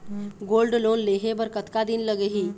Gold loan लेहे बर कतका दिन लगही?